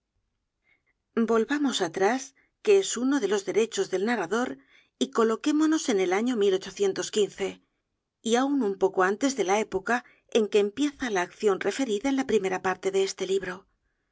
volvamos atrás que es uno de los derechos del narrador y coloquémonos en el año de y aun un poco antes de la época en que empieza la accion referida en la primera parte de este libro